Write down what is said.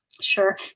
Sure